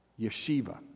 yeshiva